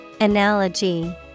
Analogy